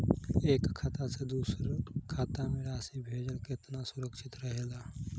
एक खाता से दूसर खाता में राशि भेजल केतना सुरक्षित रहेला?